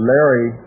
Larry